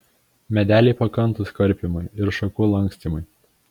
medeliai pakantūs karpymui ir šakų lankstymui